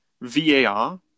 VAR